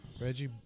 Reggie